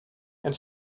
and